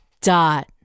Dot